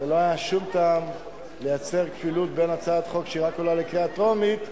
ולא היה שום טעם לייצר כפילות בין הצעת חוק שרק עולה לקריאה טרומית,